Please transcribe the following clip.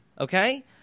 Okay